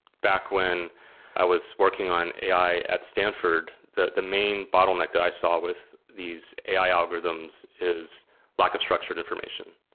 back when i was working on ai at stanford, the the main bottleneck that i saw with these ai algorithms is lack of structured information.